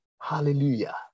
Hallelujah